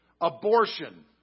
abortion